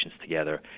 together